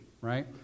right